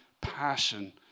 passion